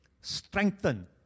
strengthen